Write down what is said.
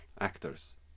actors